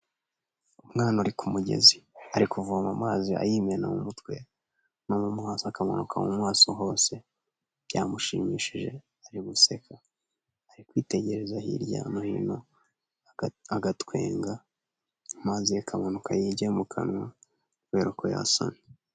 Umwana uri ku mugezi ari kuvoma amazi ayimena mu mutwe no mu maso akamanuka mu maso hose byamushimishije ari guseka ari kwitegereza hirya no hino agatwenga amazi akamanuka yijya mu kanwa kubera uko yasomye.